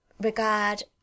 regard